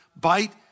bite